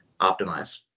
optimize